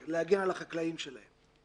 כדי להגן על חקלאים שלהם.